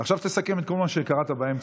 עכשיו תסכם את כל מה שקראת באמצע,